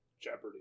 Jeopardy